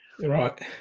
Right